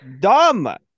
dumb